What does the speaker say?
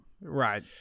Right